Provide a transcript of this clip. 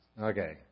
Okay